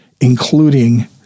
Including